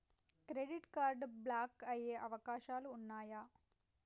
Credit card block అయ్యే అవకాశాలు ఉన్నయా?